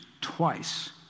twice